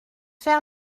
faire